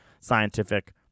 scientific